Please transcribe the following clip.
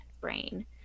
brain